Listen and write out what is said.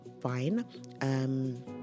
fine